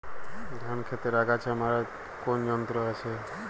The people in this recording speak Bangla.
ধান ক্ষেতের আগাছা মারার কোন যন্ত্র আছে?